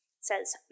says